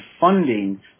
funding